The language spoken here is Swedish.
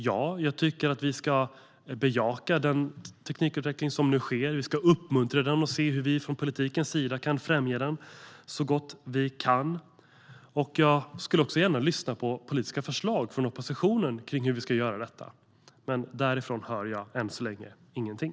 Ja, jag tycker att vi ska bejaka den teknikutveckling som nu sker. Vi ska uppmuntra den och se hur vi från politikens sida kan främja den så gott vi kan. Jag skulle gärna lyssna på politiska förslag från oppositionen om hur vi ska göra detta. Men därifrån hör jag än så länge ingenting.